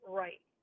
right